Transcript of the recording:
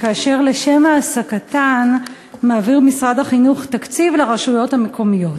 ולשם העסקתן מעביר משרד החינוך תקציב לרשויות המקומיות.